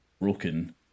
broken